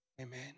Amen